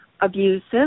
abusive